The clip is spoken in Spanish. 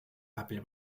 papel